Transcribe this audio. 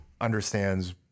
understands